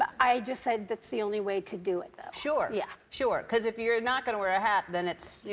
i just said, that's the only way to do it though. sure. yeah. sure. because if you're not going to wear a hat then it's, you